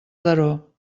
daró